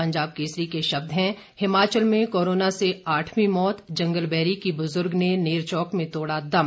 पंजाब केसरी के शब्द हैं हिमाचल में कोरोना से आठवीं मौत जंगलबैरी की बुजुर्ग ने नेरचौक में तोड़ा दम